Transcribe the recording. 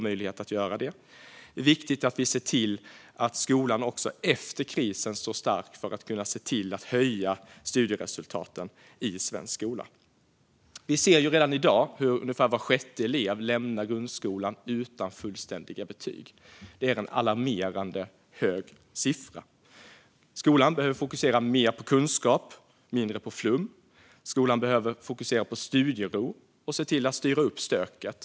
Det är viktigt att vi ser till att skolan står stark även efter krisen, för att studieresultaten i svensk skola ska kunna höjas. Vi ser redan i dag hur ungefär var sjätte elev lämnar grundskolan utan fullständiga betyg. Det är en alarmerande hög siffra. Skolan behöver fokusera mer på kunskap och mindre på flum. Skolan behöver fokusera på studiero och se till att styra upp stöket.